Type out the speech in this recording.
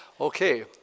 Okay